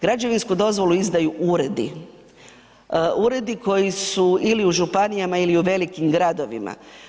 Građevinsku dozvolu izdaju uredi, uredi koji su ili u županijama ili u velikim gradovima.